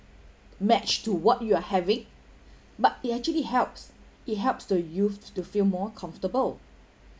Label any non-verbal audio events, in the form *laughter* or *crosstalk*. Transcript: match to what you are having *breath* but it actually helps it helps the youth to feel more comfortable